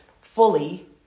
fully